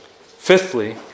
Fifthly